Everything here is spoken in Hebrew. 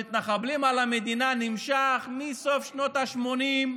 תהליך ההשתלטות של המתנחבלים על המדינה נמשך מסוף שנות השמונים,